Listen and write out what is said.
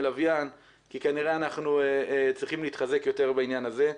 לוויין כי כנראה אנחנו צריכים להתחזק יותר בעניין הזה.